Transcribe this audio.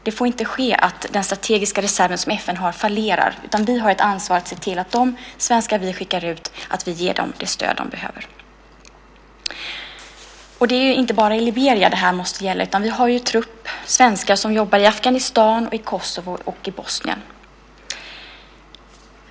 Det får inte ske att den strategiska reserv som FN har fallerar, utan vi har ett ansvar att se till att ge de svenskar vi skickar ut det stöd de behöver. Det är inte bara i Liberia det här måste gälla, utan också i Afghanistan, Kosovo och Bosnien, där vi har svenskar som jobbar.